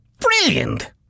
Brilliant